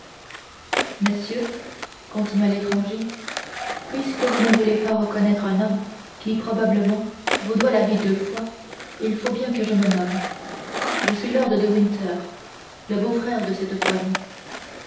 messieurs continua l'étranger puisque vous ne voulez pas reconnaître un homme qui probablement vous doit la vie deux fois il faut bien que je me nomme je suis lord de winter le beaufrère de cette femme